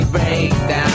Breakdown